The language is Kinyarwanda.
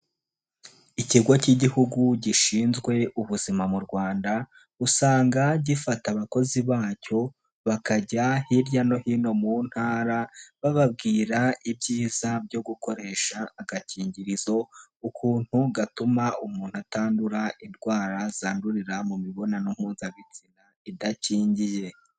Ikigo k'Igihugu gishinzwe ubuzima mu Rwanda usanga gifata abakozi bacyo bakajya hirya no hino mu ntara bababwira ibyiza byo gukoresha agakingirizo, ukuntu gatuma umuntu atandura indwara zandurira mu mibonano mpuzabitsina idakingiye.